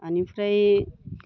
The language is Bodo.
बेनिफ्राय